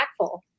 impactful